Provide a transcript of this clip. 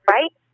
Right